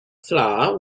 flour